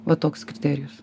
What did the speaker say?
va toks kriterijus